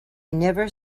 never